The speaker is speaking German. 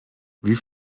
wie